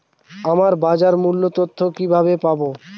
আমরা বাজার মূল্য তথ্য কিবাবে পাবো?